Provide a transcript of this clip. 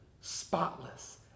spotless